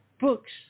books